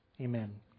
amen